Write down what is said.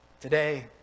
today